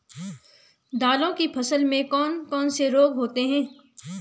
दालों की फसल में कौन कौन से रोग होते हैं?